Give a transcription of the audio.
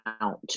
out